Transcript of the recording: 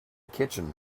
kitchen